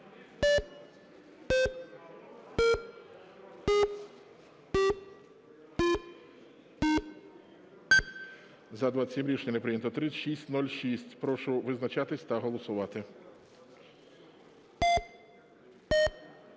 За-26 Рішення не прийнято. 3605. Прошу визначатись та голосувати.